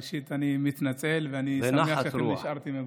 ראשית, אני מתנצל ואני שמח שנשארתם.